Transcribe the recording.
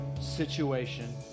situation